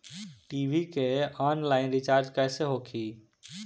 TV के online recharge कैसे होखी?